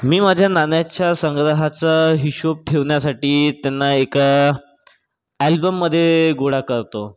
मी माझ्या नाण्याच्या संग्रहाचा हिशोब ठेवण्यासाठी त्यांना एका ॲल्बममध्ये गोळा करतो